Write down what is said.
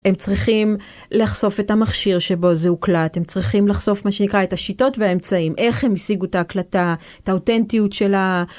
הם צריכים לחשוף את המכשיר שבו זה הוקלט, הם צריכים לחשוף מה שנקרא את השיטות והאמצעים, איך הם השיגו את ההקלטה, את האותנטיות שלה.